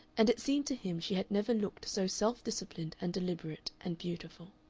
and it seemed to him she had never looked so self-disciplined and deliberate and beautiful.